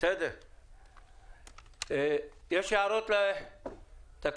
2021); הודעה על הגורמים שאישרה רשות הרישוי להעברת ההשתלמות